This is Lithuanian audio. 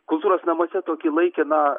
kultūros namuose tokį laikiną